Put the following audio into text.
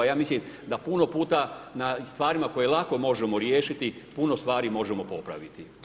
Ja mislim da puno puta na stvarima koje lako možemo riješiti, puno stvari možemo popraviti.